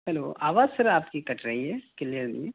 hello آواز sir آپ کی کٹ رہی ہے کلیئر نہیں ہے